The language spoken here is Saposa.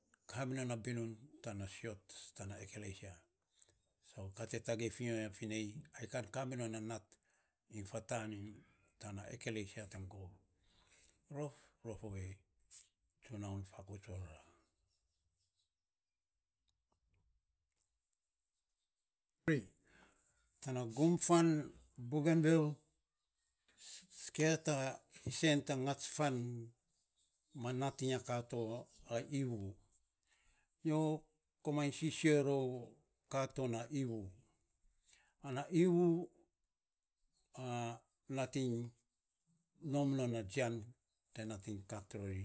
Ka mi non na binun tana ekeleisia ka te tagei fi nyo fi ya finei, ai kami rom a nat iny fa tan ekeleisia te gov, rof, rof ovei tsunaun fakouts varora tana gum fan iny bogenvil si kia ta isen ta gats fan ma natiny nyo komainy sisio rou a ivu ana ivu nating nom non a tsian te nating kat ror ya.